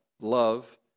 love